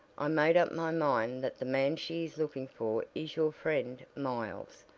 i made up my mind that the man she is looking for is your friend miles.